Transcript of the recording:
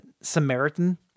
Samaritan